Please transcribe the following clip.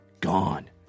Gone